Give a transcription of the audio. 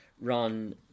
run